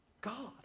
God